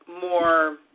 more